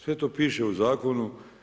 Sve to piše u zakonu.